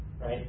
right